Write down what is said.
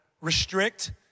restrict